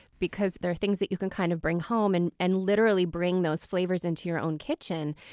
because there are things that you can kind of bring home and and literally bring those flavors into your own kitchen.